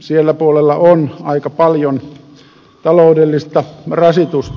siellä puolella on aika paljon taloudellista rasitusta